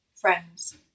Friends